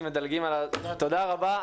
תודה רבה,